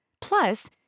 Plus